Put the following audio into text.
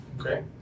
Okay